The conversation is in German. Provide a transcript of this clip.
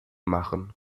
machen